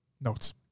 notes